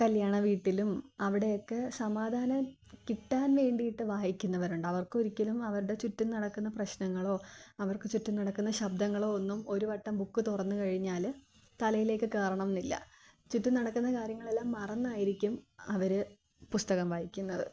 കല്ല്യാണ വീട്ടിലും അവിടെയൊക്കെ സമാധാനം കിട്ടാൻ വേണ്ടിയിട്ടു വായിക്കുന്നവരുണ്ട് അവർക്കൊരിക്കലും അവരുടെ ചുറ്റും നടക്കുന്ന പ്രശ്നങ്ങളൊ അവർക്കു ചുറ്റും നടക്കുന്ന ശബ്ദങ്ങളൊ ഒന്നും ഒരുവട്ടം ബുക്ക് തുറന്നു കഴിഞ്ഞാൽ തലയിലേക്കു കയറണമെന്നില്ല ചുറ്റും നടക്കുന്ന കാര്യങ്ങളെല്ലാം മറന്നായിരിക്കും അവർ പുസ്തകം വായിക്കുന്നത്